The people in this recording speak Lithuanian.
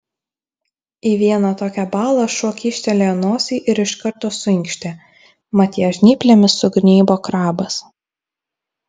į vieną tokią balą šuo kyštelėjo nosį ir iš karto suinkštė mat ją žnyplėmis sugnybo krabas